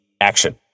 action